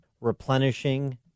replenishing